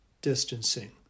distancing